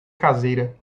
caseira